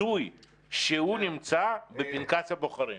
כמה מעטפות אנשים הצביעו בקלפי רגילה